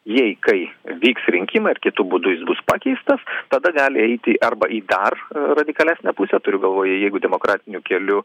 jei kai vyks rinkimai ar kitu būdu jis bus pakeistas tada gali eiti arba į dar radikalesnę pusę turiu galvoje jeigu demokratiniu keliu